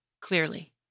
clearly